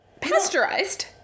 pasteurized